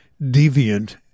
Deviant